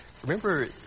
Remember